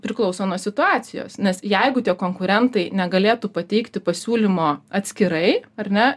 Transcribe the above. priklauso nuo situacijos nes jeigu tie konkurentai negalėtų pateikti pasiūlymo atskirai ar ne